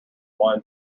wine